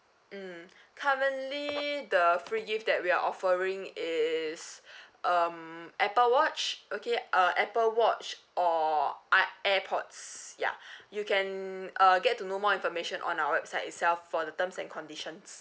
mm currently the free gift that we are offering is um apple watch okay a apple watch or I airpods yeah you can uh get to know more information on our website itself for the terms and condition